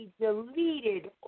deleted